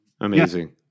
Amazing